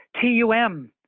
TUM